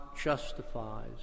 justifies